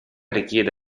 richiede